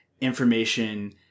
information